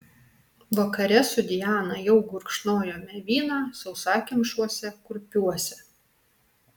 vakare su diana jau gurkšnojome vyną sausakimšuose kurpiuose